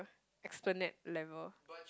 esplanade level